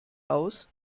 aus